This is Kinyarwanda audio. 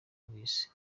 bw’isi